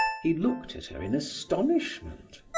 he looked at her in astonishment.